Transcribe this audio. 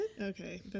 okay